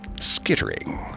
skittering